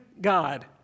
God